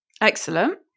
Excellent